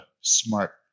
smart